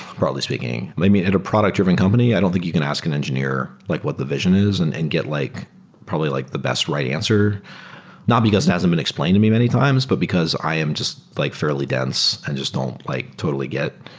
probably speaking. i mean, at a product-driven company, i don't think you can ask an engineer like what the vision is and and get like probably like the best right answer not because it hasn't been explained to me many times, but because i am just like fairly dense and i just don't like totally get